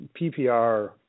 PPR